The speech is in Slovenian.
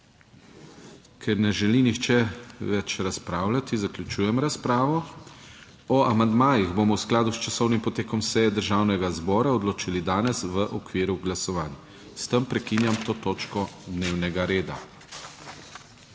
Ker ne želi nihče več razpravljati, zaključujem razpravo. O amandmajih bomo v skladu s časovnim potekom seje Državnega zbora odločali danes v okviru glasovanj. S tem prekinjam to točko dnevnega reda.